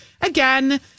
Again